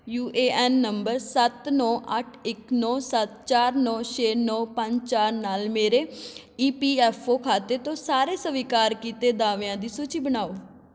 you A N number ਸੱਤ ਨੌਂ ਅੱਠ ਇੱਕ ਨੌਂ ਸੱਤ ਚਾਰ ਨੌਂ ਛੇ ਨੌਂ ਪੰਜ ਚਾਰ ਨਾਲ ਮੇਰੇ ਈ ਪੀ ਐਫ ਓ ਖਾਤੇ ਤੋਂ ਸਾਰੇ ਸਵੀਕਾਰ ਕੀਤੇ ਦਾਅਵਿਆਂ ਦੀ ਸੂਚੀ ਬਣਾਓ